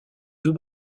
deux